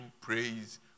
praise